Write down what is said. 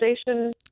station